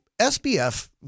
SBF